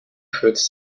foods